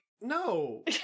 no